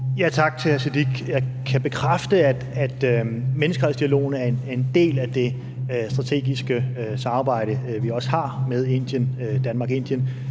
hr. Siddique. Jeg kan bekræfte, at menneskerettighedsdialogen er en del af det strategiske samarbejde, vi også har, med Indien,